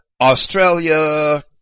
Australia